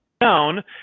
down